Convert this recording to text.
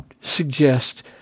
suggest